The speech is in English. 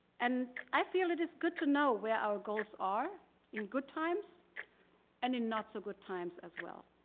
and i feel it is good to know where our goals are in good times and in not so good times as well.